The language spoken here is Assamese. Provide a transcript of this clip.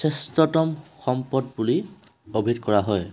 শ্ৰেষ্ঠতম সম্পদ বুলি অভিহিত কৰা হয়